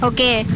Okay